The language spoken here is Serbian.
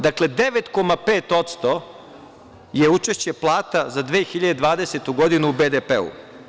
Dakle, 9,5% je učešće plata za 2020. godinu u BDP.